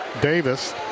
Davis